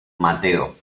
mateo